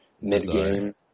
Mid-game